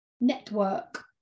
network